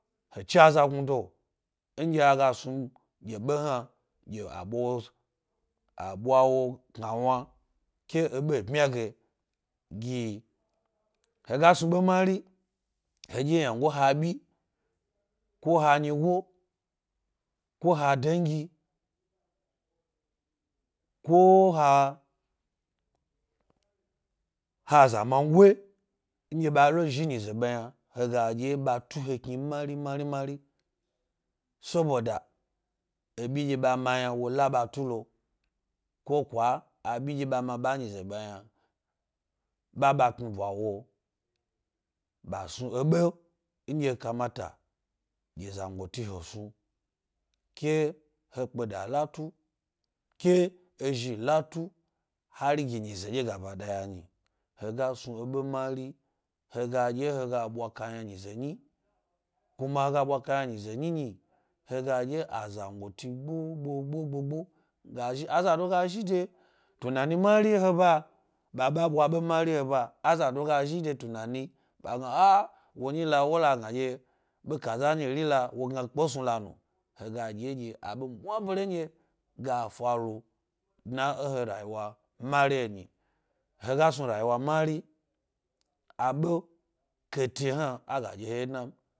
He che azagnudo, nɗye a gasnu gi ɓe ina a ɓwa wo kawna ke eɓe bmya ge gi yi he ga snu ɓe mari, heɗye ynango habi ko ha nyigo, ko ha dengi, ko ha zamango’a nɗye ɓa ma yna wo la bat u lo ko kwa abi lo zhi e nyize ɓe yna, he ga ɗye ɓa tu he kni mari mari mari soɓoda ebi nɗye ɓa ma yna wo la ɓa tu lo ko kwa abi nɗye ɓa ma ɓa enyize ɓe yna, ɓe yna, ɓa-ɓa tnuɓwa wo. Ba snu eɓe nɗye kamata zangoti he snu ke he pkeda la tu, ke he zhi la tuu hari gi nyize ɗye gabaɗaya nyi. He ga snu he ɓe mari, le ga ɗye he ga ɓwa kayna nyize nyize myi, he ga dye a zangoti gbo gbo gbo gbo go ga zhi. Azado ga zhi de tunni mari he ba, aba bwa be mari he ba, azado ga shi de tunani ba gna wonyi lo wo lagna ɗye, ɓe kaza myiri la wo gna pkesnu la nu. He ga dye abe mwabere nɗye a faru dna e he rayiwa mari nyi. He ga snu rayiwa mari, aɓe kate hna a gadye he wye dna m.